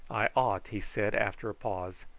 i ought, he said, after a pause,